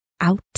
out